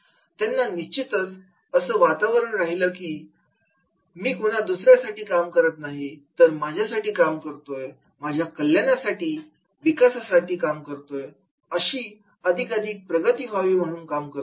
त्यांना निश्चितच असं वाटत राहील की मी कुणा दुसऱ्यासाठी काम करत नाही तर माझ्यासाठी काम करतोय माझ्या कल्याणासाठी विकासासाठी काम करतोय माझी अधिकाधिक प्रगती व्हावी म्हणून काम करतोय